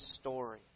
story